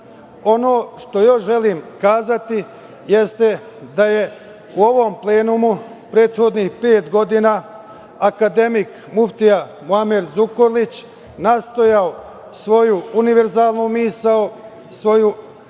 što još želim kazati jeste da je u ovom plenumu prethodnih pet godina akademik muftija Muamer Zukorlić nastojao svoju univerzalnu misao, svoju misao